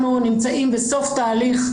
אנחנו נמצאים בסוף תהליך,